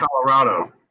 Colorado